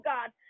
God